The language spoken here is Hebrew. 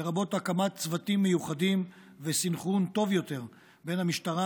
לרבות הקמת צוותים מיוחדים וסנכרון טוב יותר בין המשטרה,